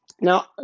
Now